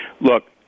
Look